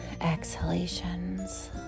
exhalations